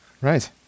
right